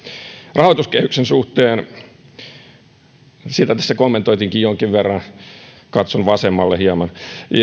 rahoituskehyksen suhteen sitä tässä kommentoitiinkin jonkin verran katson vasemmalle hieman